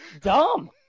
Dumb